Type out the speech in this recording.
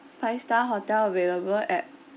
five star hotel available at